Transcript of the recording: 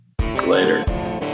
Later